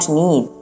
need